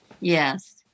Yes